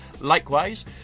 Likewise